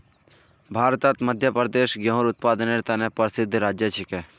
भारतत मध्य प्रदेश गेहूंर उत्पादनेर त न प्रसिद्ध राज्य छिके